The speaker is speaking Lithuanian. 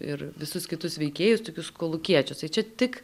ir visus kitus veikėjus tokius kolūkiečius tai čia tik